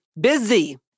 busy